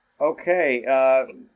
Okay